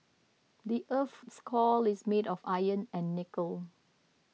the earth's core is made of iron and nickel